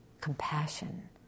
compassion